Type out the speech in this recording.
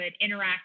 interact